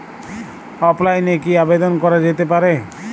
অফলাইনে কি আবেদন করা যেতে পারে?